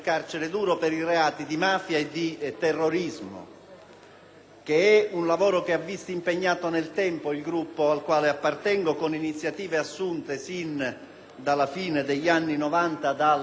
Tale lavoro ha visto impegnato nel tempo il Gruppo al quale appartengo, con iniziative assunte sin dalla fine degli anni Novanta dall'attuale presidente del Gruppo, senatore Maurizio Gasparri,